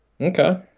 Okay